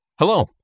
Hello